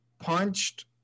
punched